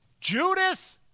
Judas